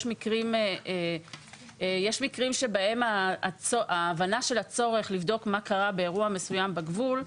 מקרים שבהם ההבנה של הצורך לבדוק מה קרה באירוע מסוים בגבול,